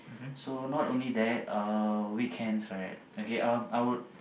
so not only that uh weekends right okay um I would